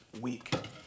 week